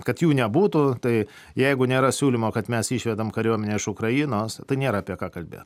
kad jų nebūtų tai jeigu nėra siūlymo kad mes išvedam kariuomenę iš ukrainos tai nėra apie ką kalbėt